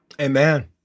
Amen